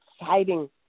exciting